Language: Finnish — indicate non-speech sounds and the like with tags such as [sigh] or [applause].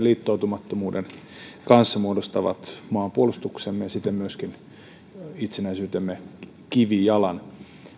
[unintelligible] liittoutumattomuuden kanssa muodostaa maanpuolustuksemme ja siten myöskin itsenäisyytemme kivijalan